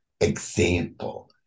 example